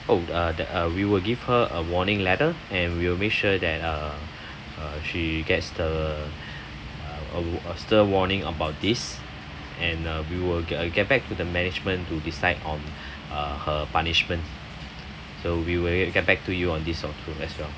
oh uh the uh we will give her a warning letter and we will make sure that uh uh she gets the a a stern warning about this and uh we will get get back to the management to decide on her punishment so we will get back to you on this uh restaurant